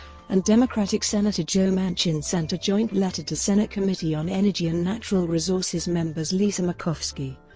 and democratic senator joe manchin sent a joint letter to senate committee on energy and natural resources members lisa murkowski